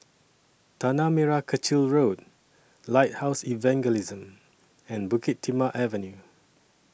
Tanah Merah Kechil Road Lighthouse Evangelism and Bukit Timah Avenue